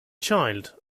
child